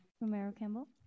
Romero-Campbell